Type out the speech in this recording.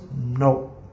No